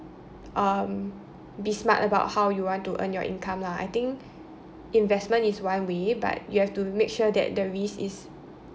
um be smart about how you want to earn your income lah I think investment is one way but you have to make sure that the risk is